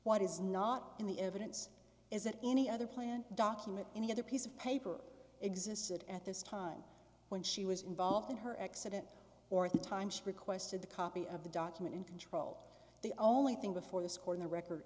what is not in the evidence is that any other plan document any other piece of paper existed at this time when she was involved in her accident or at the time she requested the copy of the document in control the only thing before this court the record